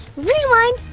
rewind!